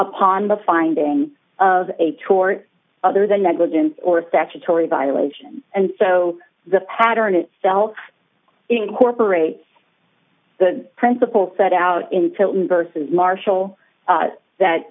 upon the finding of a tort other than negligence or statutory violation and so the pattern itself incorporates the principle set out in tilden versus marshall that